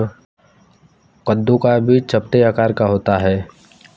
कद्दू का बीज चपटे आकार का होता है